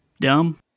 dumb